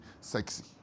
sexy